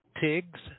Tiggs